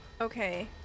Okay